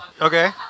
Okay